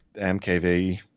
MKV